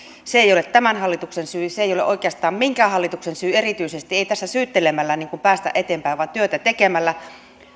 se ei ole tämän hallituksen syy se ei ole oikeastaan minkään hallituksen syy erityisesti ei tässä syyttelemällä päästä eteenpäin vaan työtä tekemällä